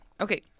Okay